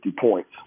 points